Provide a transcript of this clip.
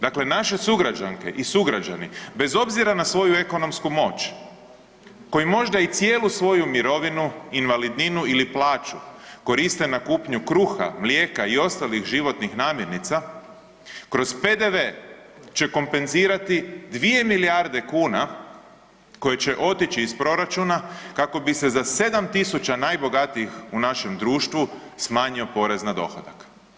Dakle naše sugrađanke i sugrađani bez obzira na svoju ekonomsku moć, koji možda i cijelu svoju mirovinu, invalidninu ili plaću koriste na kupnju kruga, mlijeka i ostalih životnih namirnica, kroz PDV će kompenzirati 2 milijarde kuna koji će otići iz proračuna kako bi se za 7 tisuća najbogatijih u našem društvu smanjio porez na dohodak.